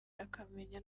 akamenya